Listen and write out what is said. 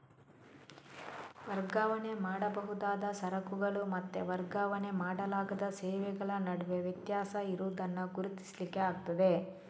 ವರ್ಗಾವಣೆ ಮಾಡಬಹುದಾದ ಸರಕುಗಳು ಮತ್ತೆ ವರ್ಗಾವಣೆ ಮಾಡಲಾಗದ ಸೇವೆಗಳ ನಡುವೆ ವ್ಯತ್ಯಾಸ ಇರುದನ್ನ ಗುರುತಿಸ್ಲಿಕ್ಕೆ ಆಗ್ತದೆ